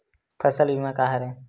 फसल बीमा का हरय?